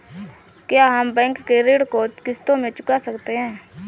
क्या हम बैंक ऋण को किश्तों में चुका सकते हैं?